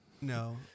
no